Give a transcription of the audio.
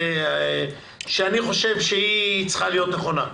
מערכת שאני חושב שהיא צריכה להיות נכונה.